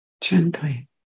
gently